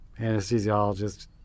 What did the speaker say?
anesthesiologist